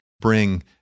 bring